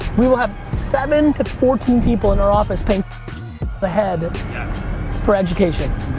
we will have seven to fourteen people in our office paying a head for education.